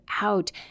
out